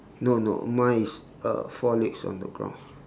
no no mine is uh four legs on the ground